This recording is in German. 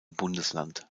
bundesland